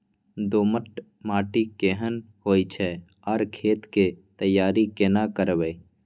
दोमट माटी केहन होय छै आर खेत के तैयारी केना करबै?